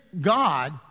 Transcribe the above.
God